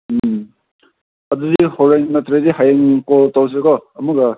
ꯎꯝ ꯑꯗꯨꯗꯤ ꯍꯣꯔꯦꯟ ꯅꯠꯇꯔꯗꯤ ꯍꯌꯦꯡ ꯀꯣꯜ ꯇꯧꯁꯤꯀꯣ ꯑꯃꯨꯛꯀ